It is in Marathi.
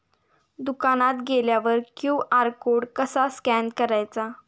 दुकानात गेल्यावर क्यू.आर कोड कसा स्कॅन करायचा?